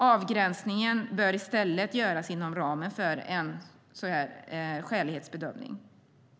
Avgränsningen bör i stället göras inom ramen för en skälighetsbedömning.